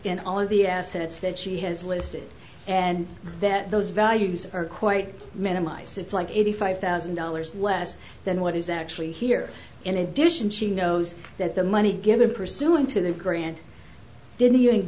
in all of the assets that she has listed and that those values are quite minimal ice it's like eighty five thousand dollars less than what is actually here in addition she knows that the money given pursuant to the grant didn't